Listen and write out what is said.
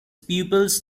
pupils